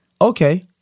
okay